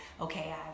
okay